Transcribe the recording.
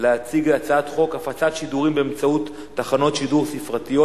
להציג את הצעת חוק הפצת שידורים באמצעות תחנות שידור ספרתיות,